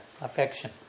affection